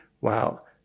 wow